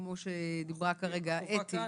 כמו שדיברה כרגע אתי.